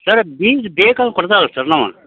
sir ಬೀಜ ಬೇಕಾರೆ ಕೊಡ್ತೇವಲ್ಲ ಸರ್ ನಾವು